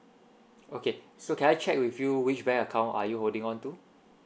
okay so can I check with you which bank account are you holding on to